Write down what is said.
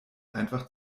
einfach